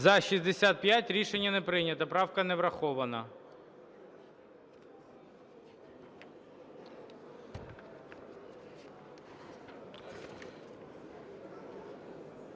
За-65 Рішення не прийнято. Правка не врахована.